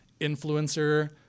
influencer